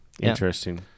Interesting